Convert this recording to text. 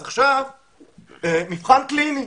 אז עכשיו מבחן קליני.